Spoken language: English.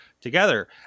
together